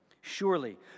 Surely